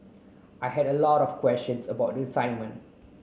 I had a lot of questions about the assignment